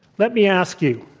let me ask you,